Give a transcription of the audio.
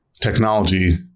technology